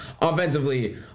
offensively